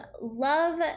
love